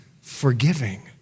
forgiving